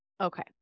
Okay